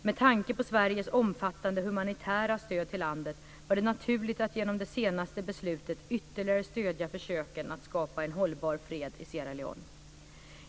Med tanke på Sveriges omfattande humanitära stöd till Sierra Leone var det naturligt att genom det senaste beslutet ytterligare stödja försöken att skapa en hållbar fred i Sierra Leone.